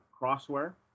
Crossware